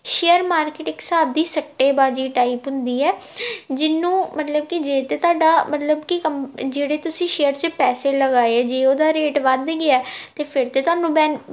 share market ਇੱਕ ਹਿਸਾਬ ਦੀ ਸੱਟੇਬਾਜ਼ੀ ਟਾਈਪ ਹੁੰਦੀ ਹੈ ਜਿਹਨੂੰ ਮਤਲਬ ਕਿ ਜੇ ਤਾਂ ਤੁਹਾਡਾ ਮਤਲਬ ਕਿ ਕਮ ਜਿਹੜੇ ਤੁਸੀਂ ਸ਼ੇਅਰ 'ਚ ਪੈਸੇ ਲਗਾਏ ਜੇ ਉਹਦਾ ਰੇਟ ਵੱਧ ਗਿਆ ਤਾਂ ਫਿਰ ਤਾਂ ਤੁਹਾਨੂੰ ਬੈਨ